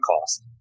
cost